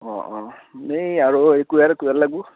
অঁ অঁ এই আৰু এই কুইহাৰ কুইহাৰ লাগবু